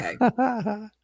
Okay